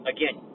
Again